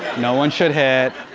no one should hit.